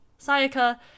Sayaka